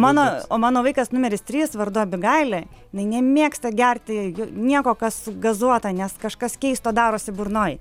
mano o mano vaikas numeris trys vardu abigailė jinai nemėgsta gerti nieko kas gazuota nes kažkas keisto darosi burnoj